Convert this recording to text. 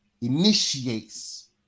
initiates